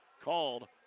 called